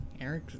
Eric